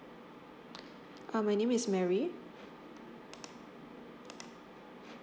uh my name is mary